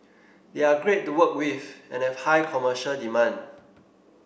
they are great to work with and have high commercial demand